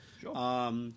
sure